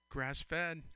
Grass-fed